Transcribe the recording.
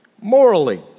morally